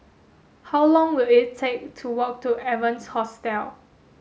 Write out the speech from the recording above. how long will it take to walk to Evans Hostel